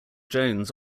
jones